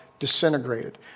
disintegrated